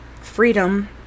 freedom